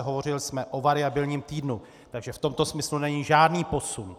Hovořili jsme o variabilním týdnu, takže v tomto smyslu není žádný posun.